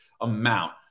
amount